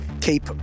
keep